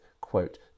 quote